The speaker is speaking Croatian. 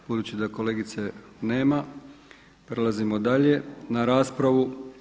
Budući da kolegice nema prelazimo dalje na raspravu.